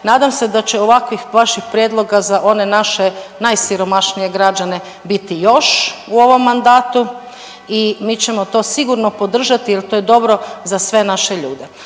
nadam se da će ovakvih vaših prijedloga za one naše najsiromašnije građane biti još u ovom mandatu i mi ćemo to sigurno podržati jel to je dobro za sve naše ljude.